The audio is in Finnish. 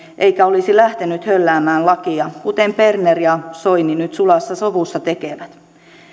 eikä olisi lähtenyt hölläämään lakia kuten berner ja soini nyt sulassa sovussa tekevät